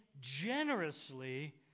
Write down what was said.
generously